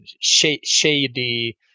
shady